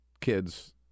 kids